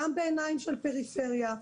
גם בעיניים של פריפריה,